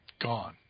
gone